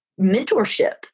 Mentorship